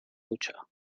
dutxa